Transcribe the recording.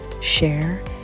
share